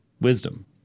wisdom